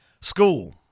school